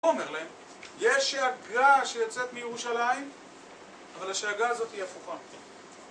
אומר להם, יש שאגה שיוצאת מירושלים, אבל השאגה הזאת היא הפוכה.